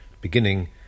beginning